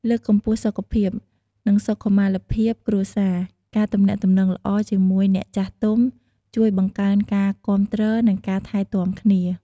លើកកម្ពស់សុខភាព និងសុខុមាលភាពគ្រួសារ ការទំនាក់ទំនងល្អជាមួយអ្នកចាស់ទុំជួយបង្កើនការគាំទ្រនិងការថែទាំគ្នា។